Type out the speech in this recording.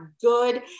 good